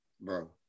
Bro